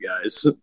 guys